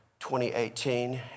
2018